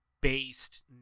based